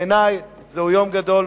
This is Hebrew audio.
בעיני זהו יום גדול,